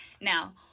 Now